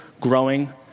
growing